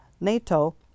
NATO